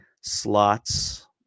slots